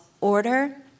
order